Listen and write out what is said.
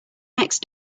next